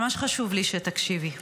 ממש חשוב לי שתקשיבי,